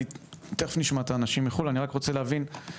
תיכף נשמע את האנשים מחו"ל, אני רק רוצה להבין,